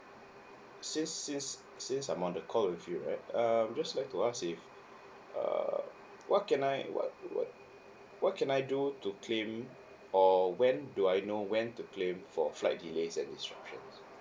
since since since I'm on the call with you right um just like to ask if err what can I what what what can I do to claim or when do I know when to claim for flight delays and disruptions